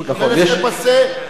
הוא מקבל laissez passer,